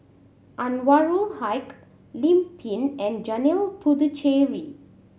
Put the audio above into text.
Anwarul Haque Lim Pin and Janil Puthucheary